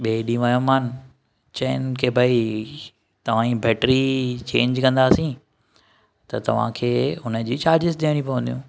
ॿिए ॾींहुं वियो मां चवनि की भई तव्हांजी बैटरी चेंज कंदासीं त तव्हांखे हुन जी चार्जिस ॾियणी पवंदियूं